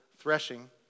threshing